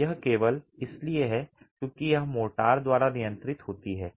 यह केवल इसलिए है क्योंकि यह मोर्टार द्वारा नियंत्रित होती है